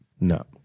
no